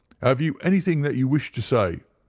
have you anything that you wish to say?